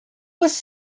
was